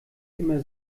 immer